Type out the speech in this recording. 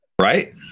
right